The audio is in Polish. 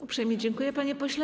Uprzejmie dziękuję, panie pośle.